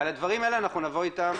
על הדברים האלה, אנחנו נבוא איתם